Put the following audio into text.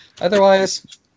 Otherwise